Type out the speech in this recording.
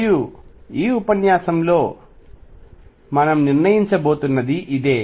మరియు ఈ ఉపన్యాసంలో మనం నిర్ణయించబోతున్నది ఇదే